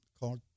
called